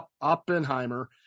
Oppenheimer